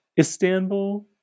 Istanbul